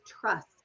trust